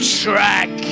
track